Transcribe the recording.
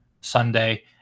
Sunday